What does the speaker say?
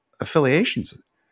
affiliations